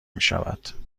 میشود